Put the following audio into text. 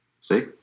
See